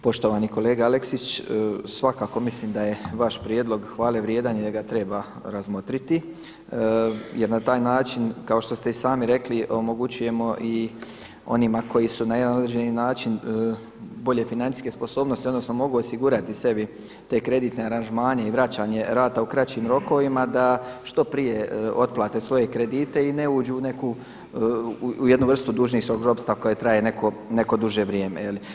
Poštovani kolega Aleksić, svakako mislim da je vaš prijedlog hvale vrijedan i da ga treba razmotriti jer na taj način kao što ste i sami rekli omogućujemo i onima koji su na jedan određeni način bolje financijske sposobnosti odnosno mogu osigurati sebi te kreditne aranžmane i vraćanje rata u kraćim rokovima da što prije otplate svoje kredite i ne uđu u neku, u jednu vrstu dužničkog ropstva koje traje neko duže vrijeme.